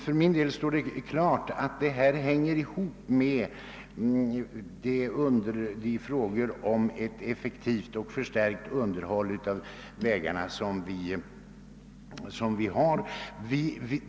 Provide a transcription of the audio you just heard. För mig står det klart att problemet hänger samman med frågorna om ett effektivt och förstärkt underhåll av vägarna.